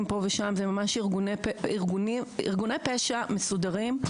פה ושם אלה ממש ארגוני פשע מסודרים.